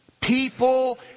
People